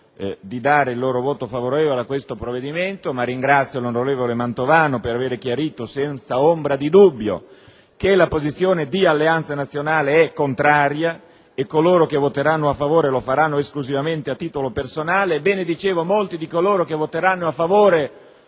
di dare il loro voto favorevole a questo provvedimento e ringrazio l'onorevole Mantovano di avere chiarito, senza ombra di dubbio, che la posizione di AN è contraria e che coloro che voteranno a favore lo faranno esclusivamente a titolo personale. Come dicevo, molti di coloro che voteranno a favore